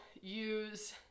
use